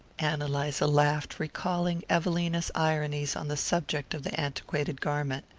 ann eliza laughed, recalling evelina's ironies on the subject of the antiquated garment.